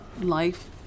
life